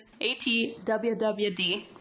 atwwd